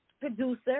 producer